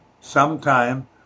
sometime